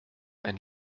ein